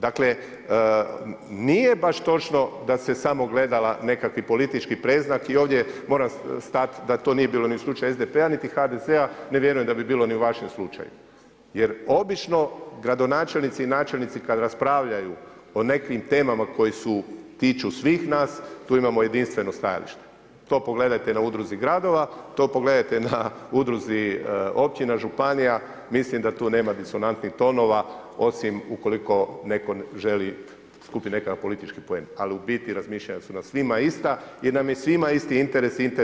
Dakle, nije baš točno da se samo gledao nekakav politički predznak i ovdje moram stat da to nije bilo ni u slučaju SDP-a niti HDZ-a, ne vjerujem ni da bi bilo ni u vašem slučaju jer obično gradonačelnici i načelnici kad raspravljaju o nekim temama koje se tiču svih nas, tu imamo jedinstveno stajalište, to pogledajte na udruzi gradova, to pogledajte na udruzi općina, županija, mislim da tu nema disonantnih tonova osim ukoliko neko želi skupit nekad politički poen, ali u biti razmišljanja su nam svima ista jer nam je svima isti interes, interes su građani RH.